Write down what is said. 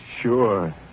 Sure